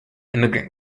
immigrant